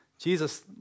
Jesus